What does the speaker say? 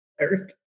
Eric